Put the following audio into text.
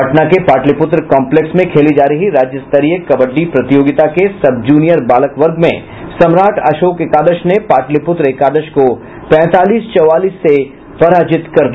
पटना के पाटलिपुत्र कॉम्पलेक्स में खेली जा रही राज्य स्तरीय कबड्डी प्रतियोगिता के सब जूनियर बालक वर्ग में सम्राट अशोक एकादश ने पाटलिपुत्र एकादश को पैंतालीस चौवालीस से पराजित कर दिया